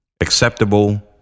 acceptable